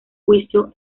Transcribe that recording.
juicio